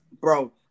bro